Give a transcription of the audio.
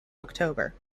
october